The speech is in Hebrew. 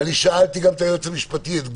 וגם שאלתי את היועץ המשפטי, את גור,